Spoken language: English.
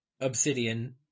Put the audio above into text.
obsidian